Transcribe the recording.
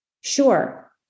Sure